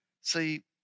See